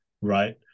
right